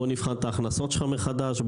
בוא נבחן את ההכנסות שלך מחדש,